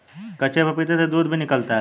कच्चे पपीते से दूध भी निकलता है